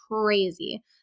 crazy